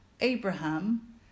Abraham